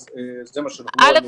אז זה --- מישהו שהוא לא מיומן בכלל.